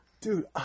Dude